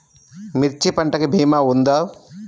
మిర్చి పంటకి భీమా ఉందా?